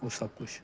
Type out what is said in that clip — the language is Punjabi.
ਉਹ ਸਭ ਕੁਛ